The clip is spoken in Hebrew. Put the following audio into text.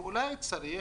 ואולי צריך